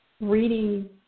reading